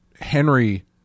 Henry